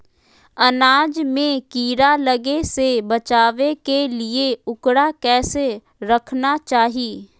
अनाज में कीड़ा लगे से बचावे के लिए, उकरा कैसे रखना चाही?